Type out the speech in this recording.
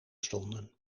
stonden